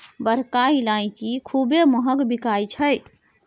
बड़का ईलाइची खूबे महँग बिकाई छै